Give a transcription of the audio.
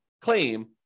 claim